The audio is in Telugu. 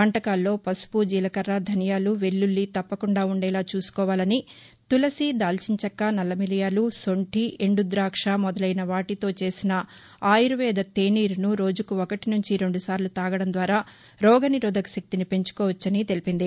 వంటకాల్లో పసుపు జీలకర్ర ధనియాలు వెల్లుల్లి తప్పకుండా ఉండేలా చూసుకోవాలని తులసి దాల్చిన చెక్క నల్ల మిరియాలు శొంఠి ఎండు దాక్ష మొదలైన వాటితో చేసిన ఆయుర్వేద తేనీరును రోజుకు ఒకటి నుంచి రెండుసార్లు తాగడం ద్వారా రోగనిరోధక శక్తిని పెంచుకోవచ్చని తెలిపింది